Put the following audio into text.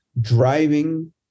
driving